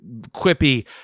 quippy